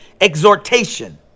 exhortation